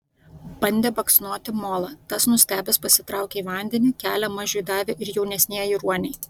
bandė baksnoti molą tas nustebęs pasitraukė į vandenį kelią mažiui davė ir jaunesnieji ruoniai